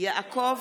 איפה אביגדור?